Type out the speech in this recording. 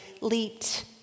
leaped